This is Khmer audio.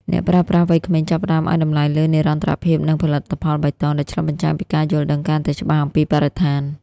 អ្នកប្រើប្រាស់វ័យក្មេងចាប់ផ្ដើមឱ្យតម្លៃលើ "និរន្តរភាព" និង "ផលិតផលបៃតង" ដែលឆ្លុះបញ្ចាំងពីការយល់ដឹងកាន់តែច្បាស់អំពីបរិស្ថាន។